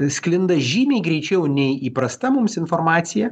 sklinda žymiai greičiau nei įprasta mums informacija